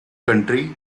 country